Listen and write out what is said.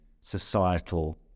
societal